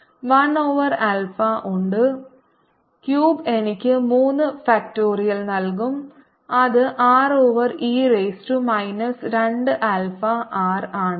r cubed എനിക്ക് മൂന്ന് factorial നൽകും അത് 6 over e raise to minus 2 alpha r ആണ്